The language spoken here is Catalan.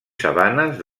sabanes